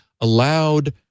allowed